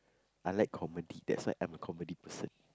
I like comedy that's why I'm a comedy person